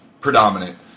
predominant